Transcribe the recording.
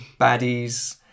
baddies